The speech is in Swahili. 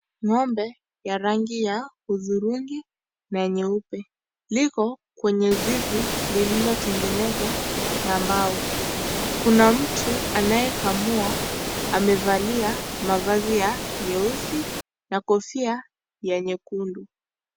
Ng'ombe ya rangi ya hudhurungi na nyeupe liko kwenye zizi lililotengenezwa na mbao kuna mtu anayekamua amevalia mavazi ya nyeusi na kofia ya nyekundu.